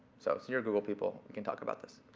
so, you're google people. you can talk about this.